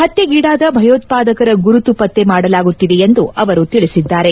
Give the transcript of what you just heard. ಹತ್ನೆಗೀಡಾದ ಭಯೋತ್ಪಾದಕರ ಗುರುತು ಪತ್ತೆ ಮಾಡಲಾಗುತ್ತಿದೆ ಎಂದೂ ಅವರು ತಿಳಿಸಿದ್ದಾರೆ